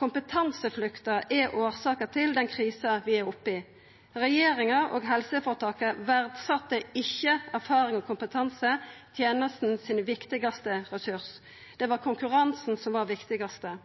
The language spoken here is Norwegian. Kompetanseflukt er årsaka til den krisa vi er oppe i. Regjeringa og helseføretaka verdsette ikkje erfaring og kompetanse – den viktigaste ressursen til tenesta. Det var konkurransen som var det viktigaste.